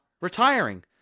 retiring